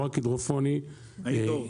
לא רק הידרופוני --- אינדור.